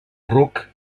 ruc